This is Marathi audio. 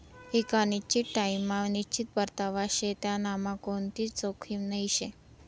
एक निश्चित टाइम मा निश्चित परतावा शे त्यांनामा कोणतीच जोखीम नही शे